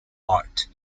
art